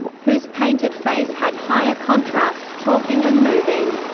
whose painted face had higher contrast, talking and moving.